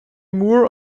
moore